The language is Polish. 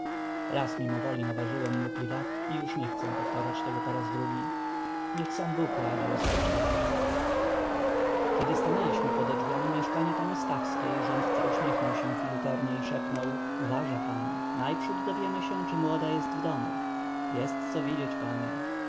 łęckąłęcką raz mimowoli nawarzyłem mu piwa i już nie chcę powtarzać tego po raz drugi niech sam bóg radzi o swej czeladzi gdy stanęliśmy pode drzwiami mieszkania pani stawskiej rządca uśmiechnął się filuternie i szepnął uważa pan najprzód dowiemy się czy młoda jest w domu jest co widzieć panie